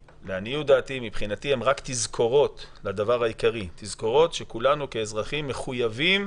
מבחינתי הם רק תזכורות לדבר העיקרי: שכולנו כאזרחים מחויבים